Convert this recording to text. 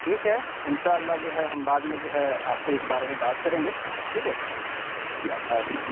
ٹھیک ہے انشاء اللہ جو ہے ہم بعد میں جو ہے آپ سے اس بارے میں بات کریں گے ٹھیک ہے